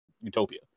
utopia